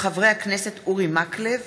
של חברי הכנסת אורי מקלב,